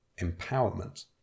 empowerment